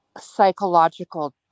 psychological